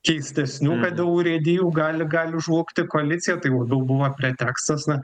keistesnių kad dėl urėdijų gali gali žlugti koalicija tai labiau buvo pretekstas na